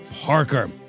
Parker